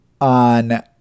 On